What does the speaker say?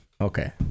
Okay